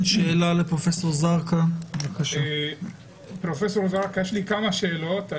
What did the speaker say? פרופסור זרקא, יש לי כמה שאלות.